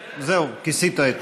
זהו, כיסית.